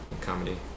Comedy